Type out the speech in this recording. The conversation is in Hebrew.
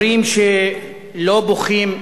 אומרים שלא בוכים,